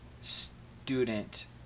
student